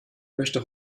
möchte